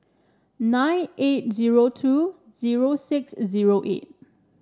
nine eight zero two zero six zero eight